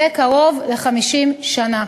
מקוצרת.